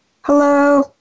Hello